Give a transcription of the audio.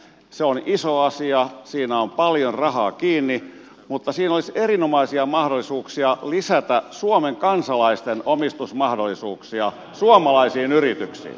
se on iso asia siinä on paljon rahaa kiinni mutta siinä olisi erinomaisia mahdollisuuksia lisätä suomen kansalaisten omistusmahdollisuuksia suomalaisiin yrityksiin